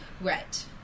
Right